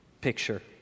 picture